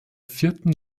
vierten